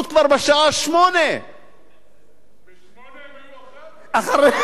כבר בשעה 08:00. ב-08:00 הם היו אחרי התפילה.